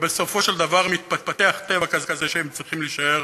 ובסופו של דבר מתפתח טבע כזה שהם צריכים להישאר